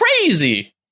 crazy